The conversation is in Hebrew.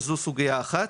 אז זו סוגיה אחת.